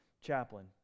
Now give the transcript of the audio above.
chaplain